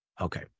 Okay